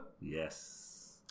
Yes